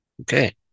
Okay